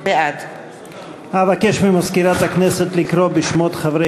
בעד אבקש ממזכירת הכנסת לקרוא בשמות חברי